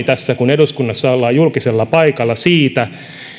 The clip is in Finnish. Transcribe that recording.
tässä kun eduskunnassa ollaan julkisella paikalla sanoa julki huoleni siitä